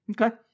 Okay